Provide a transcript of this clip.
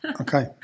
Okay